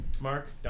Mark